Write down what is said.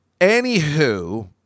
Anywho